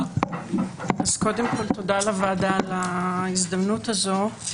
קודם כל, תודה לוועדה על ההזדמנות הזאת.